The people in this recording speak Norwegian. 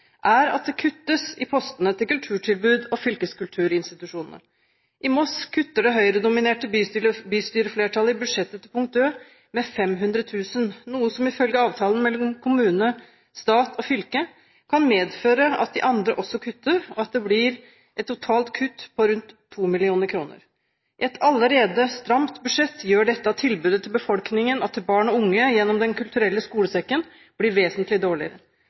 er at det kuttes i postene til kulturtilbud og fylkeskulturinstitusjonene. I Moss kutter det høyredominerte bystyreflertallet i budsjettet til Punkt Ø, med 500 000 kr, noe som ifølge avtalen mellom kommune, stat og fylke kan medføre at de andre også kutter, og at det blir et totalt kutt på rundt 2 mill. kr. I et allerede stramt budsjett gjør dette at tilbudet til befolkningen – og til barn og unge gjennom Den kulturelle skolesekken – blir vesentlig dårligere.